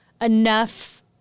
enough